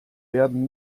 werden